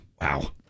Wow